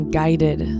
guided